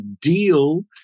deal